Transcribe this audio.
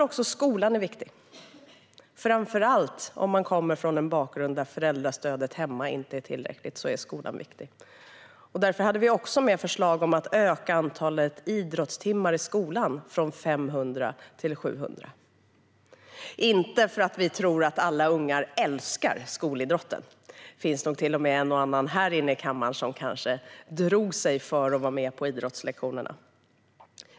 Också skolan är viktig, framför allt om man kommer från en bakgrund utan tillräckligt föräldrastöd. Därför hade vi också med förslag om att öka antalet idrottstimmar i skolan från 500 till 700. Inte för att vi tror att alla ungar älskar skolidrotten - det finns nog till och med en och annan här inne i kammaren som kanske drog sig för att vara med på idrottslektionerna.